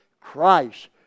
Christ